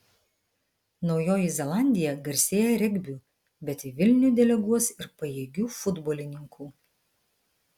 naujoji zelandija garsėja regbiu bet į vilnių deleguos ir pajėgių futbolininkų